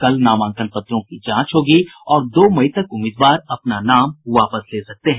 कल नामांकन पत्रों की जांच होगी और दो मई तक उम्मीदवार अपना नाम वापस ले सकते हैं